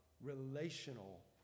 relational